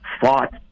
fought